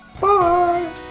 bye